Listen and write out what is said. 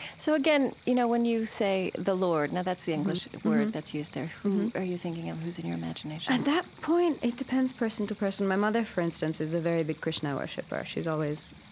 so, again, you know, when you say the lord, now that's the english word that's used there, who are you thinking of? who's in your imagination? at that point, it depends person to person. my mother, for instance, is a very big krishna worshipper. she's always,